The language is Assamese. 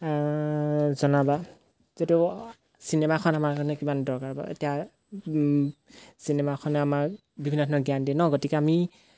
জনাবা যদিও চিনেমাখন আমাৰ কাৰণে কিমান দৰকাৰ বাৰু এতিয়া চিনেমাখনে আমাৰ বিভিন্ন ধৰণৰ জ্ঞান দিয়ে ন গতিকে আমি